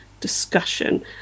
discussion